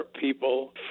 people